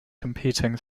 competing